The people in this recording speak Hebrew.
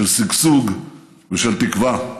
של שגשוג ושל תקווה.